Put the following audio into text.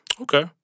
Okay